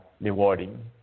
rewarding